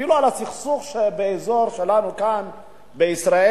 אפילו על הסכסוך באזור שלנו, כאן בישראל,